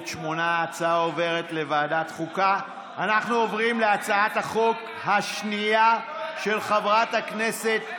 ההצעה להעביר את הצעת חוק החברות הממשלתיות (תיקון,